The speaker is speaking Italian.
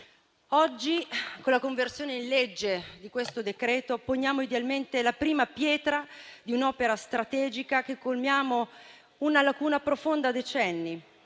Oggi, con la conversione in legge di questo decreto-legge poniamo idealmente la prima pietra di un'opera strategica con cui colmiamo una lacuna profonda decenni.